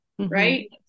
right